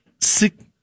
six